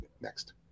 next